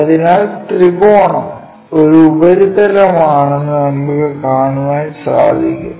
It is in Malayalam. അതിനാൽ ത്രികോണം ഒരു ഉപരിതലമാണെന്ന് നമുക്ക് കാണാൻ സാധിക്കും